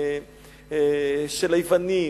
של היוונים,